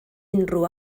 unrhyw